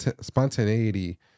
spontaneity